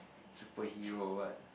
super hero or what